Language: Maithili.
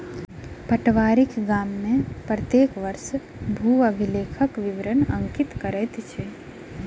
पटवारी गाम में प्रत्येक वर्ष भू अभिलेखक विवरण अंकित करैत अछि